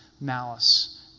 malice